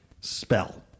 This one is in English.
spell